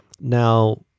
Now